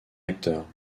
acteur